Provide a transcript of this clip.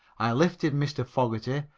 i lifted mr. fogerty,